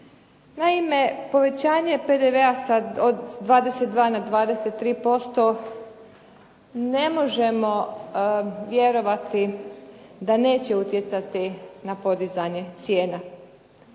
Naime, povećanje PDV-a sad od 22 na 23% ne možemo vjerovati da neće utjecati na podizanje cijena.